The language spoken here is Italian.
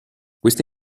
questa